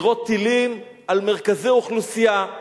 לירות טילים על מרכזי אוכלוסייה.